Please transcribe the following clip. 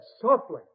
softly